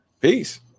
Peace